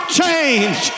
change